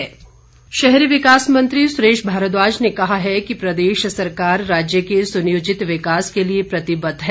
सुरेश भारद्वाज शहरी विकास मंत्री सुरेश भारद्वाज ने कहा है कि प्रदेश सरकार राज्य के सुनियोजित विकास के लिए प्रतिबद्ध है